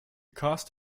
cast